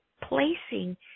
placing